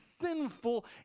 sinful